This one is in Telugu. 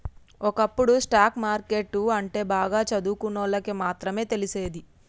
ఒకప్పుడు స్టాక్ మార్కెట్టు అంటే బాగా చదువుకున్నోళ్ళకి మాత్రమే తెలిసేది